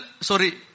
sorry